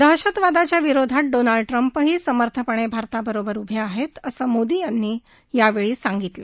दहशतवादाच्या विरोधात डोनाल्ड ट्रम्पही समर्थपणे भारताबरोबर उभे आहेत असं मोदी यांनी सांगितलं